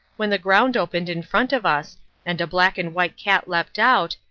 when the ground opened in front of us and a black and white cat leapt out,